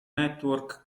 network